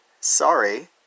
sorry